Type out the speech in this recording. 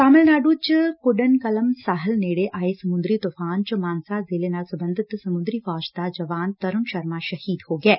ਤਾਮਿਲਨਾਡੁ ਚ ਕੁਡਨਕਲਮ ਸਾਹਿਲ ਨੇੜੇ ਆਏ ਸਮੁੰਦਰੀ ਤੁਫ਼ਾਨ ਚ ਮਾਨਸਾ ਜ਼ਿਲੇ ਨਾਲ ਸਬੰਧਤ ਸਮੁੰਦਰੀ ਫੌਜ ਦਾ ਜਵਾਨ ਤਰੁਣ ਸ਼ਰਮਾ ਸ਼ਹੀਦ ਹੋ ਗਿਐ